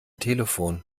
telefon